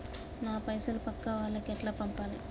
నా పైసలు పక్కా వాళ్లకి ఎట్లా పంపాలి?